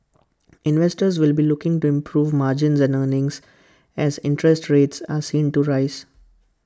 investors will be looking to improve margins and earnings as interest rates are seen to rise